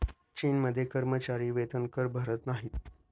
चीनमध्ये कर्मचारी वेतनकर भरत नाहीत